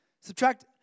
Subtract